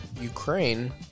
Ukraine